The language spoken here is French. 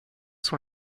sont